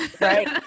right